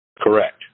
Correct